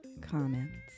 comments